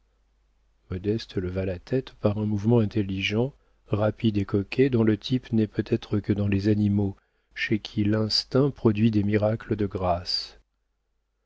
modeste leva la tête par un mouvement intelligent rapide et coquet dont le type n'est peut-être que dans les animaux chez qui l'instinct produit des miracles de grâce